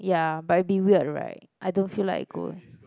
ya but it will be weird right I don't feel like going